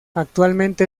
actualmente